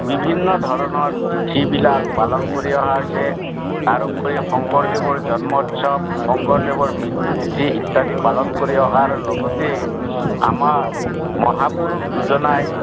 বিভিন্ন ধৰণৰ তিথিবিলাক পালন কৰি অহা হৈছে তাৰোপৰি শংকৰদেৱৰ জন্মোৎসৱ শংকৰদেৱৰ মৃত্যু তিথি ইত্যাদি পালন কৰি অহাৰ লগতে আমাৰ মহাপুৰুষ দুজনাই